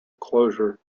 closure